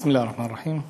בסם אללה א-רחמאן א-רחים.